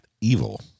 Evil